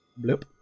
Bloop